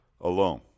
alone